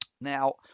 Now